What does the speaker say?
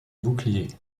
bouclier